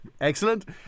Excellent